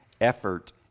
Effort